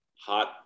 hot